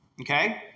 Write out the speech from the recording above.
Okay